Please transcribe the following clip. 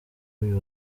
uyu